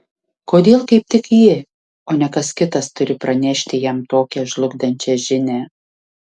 kodėl kaip tik ji o ne kas kitas turi pranešti jam tokią žlugdančią žinią